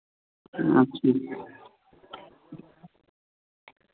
अच्छा